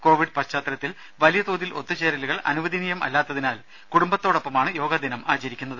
Covid പശ്ചാത്തലത്തിൽ വലിയതോതിൽ ഒത്തു ചേരലുകൾ അനുവദനീയമല്ലാത്തതിനാൽ കുടുംബത്തോടൊപ്പമാണ് യോഗാദിനം ആചരിക്കുന്നത്